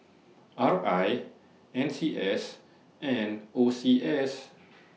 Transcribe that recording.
R I N C S and O C S